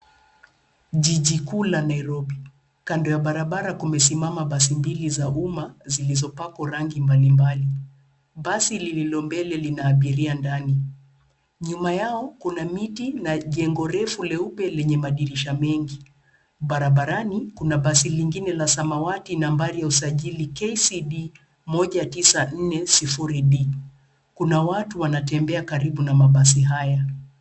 Jiji kuu la Nairobi. Kando ya barabara kumesimama basi mbili za umma zilizopakwa rangi mbalimbali. Basi lilio mbele lina abiria ndani. Nyuma yao kuna miti na jengo refu leupe lenye madirisha mengi. Barabarani kuna basi lingine la samawati nambari ya usajili KCD 194D. Kuna watu wanatembea karibu na mabasi hayo.